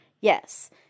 Yes